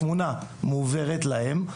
התמונה מועברת להם.